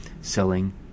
selling